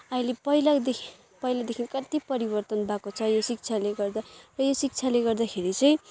अहिले पहिलादेखि पहिलादेखि कत्ति परिवर्तन भएको छ यो शिक्षाले गर्दा र यो शिक्षाले गर्दाखेरि चाहिँ